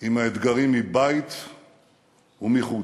עם האתגרים מבית ומחוץ.